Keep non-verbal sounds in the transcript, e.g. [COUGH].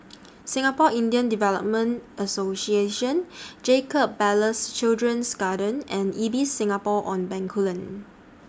[NOISE] Singapore Indian Development Association Jacob Ballas Children's Garden and Ibis Singapore on Bencoolen